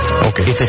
Okay